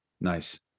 Nice